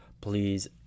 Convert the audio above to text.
please